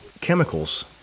Chemicals